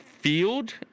field